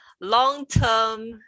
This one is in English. long-term